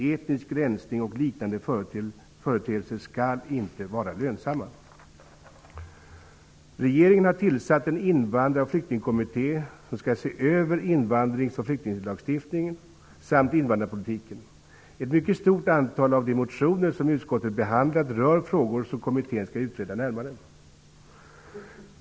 Etnisk rensning och liknande företeelser skall inte vara lönsamma. Regeringen har tillsatt en invandrar och flyktingkommitté, som skall se över invandringsoch flyktinglagstiftningen samt invandrarpolitiken. Ett mycket stort antal av de motioner som utskottet har behandlat rör frågor som kommittén skall utreda närmare.